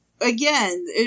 Again